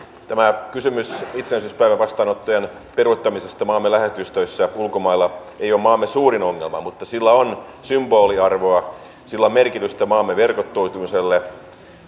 tämä kysymys itsenäisyyspäivävastaanottojen peruuttamisesta maamme lähetystöissä ulkomailla ei ole maamme suurin ongelma mutta sillä on symboliarvoa sillä on merkitystä maamme verkottumiselle